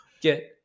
get